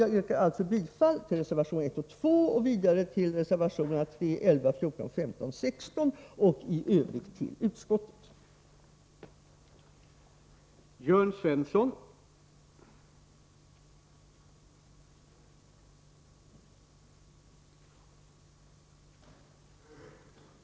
Jag yrkar bifall till reservationerna 1, 2, 3, 11, 14, 15, och 16 samt i Övrigt till utskottets hemställan.